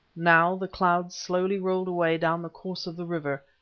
now the clouds slowly rolled away down the course of the river,